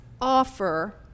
offer